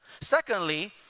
secondly